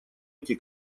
эти